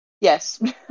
Yes